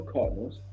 Cardinals